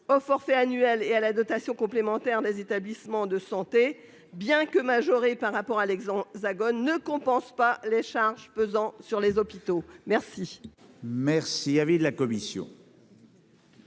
au forfait annuel et à la dotation complémentaire des établissements de santé, bien que majorés par rapport à l'Hexagone, ne compensent pas les charges pesant sur les hôpitaux. Quel